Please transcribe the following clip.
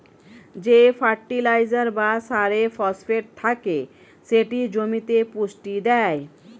যে ফার্টিলাইজার বা সারে ফসফেট থাকে সেটি জমিতে পুষ্টি দেয়